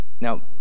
Now